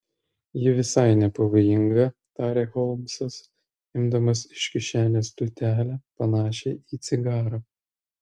ji visai nepavojinga tarė holmsas imdamas iš kišenės tūtelę panašią į cigarą